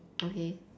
okay